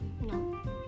No